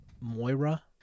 Moira